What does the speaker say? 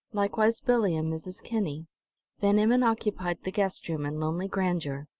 likewise billie and mrs. kinney van emmon occupied the guest-room in lonely grandeur.